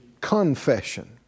confession